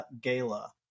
Gala